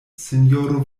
sinjoro